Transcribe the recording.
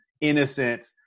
innocent